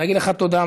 להגיד לך תודה.